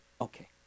Okay